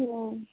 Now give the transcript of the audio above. ଥିଲା